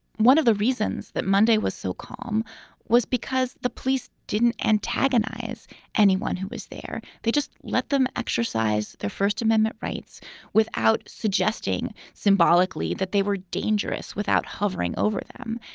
one of the reasons that monday was so calm was because the police didn't antagonize anyone who was there. they just let them exercise their first amendment rights without suggesting symbolically that they were dangerous without hovering over them.